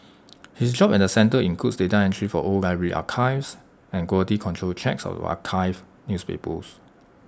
his job at the centre includes data entry for old library archives and quality control checks of archived newspapers